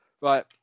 Right